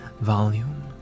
volume